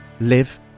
live